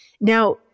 Now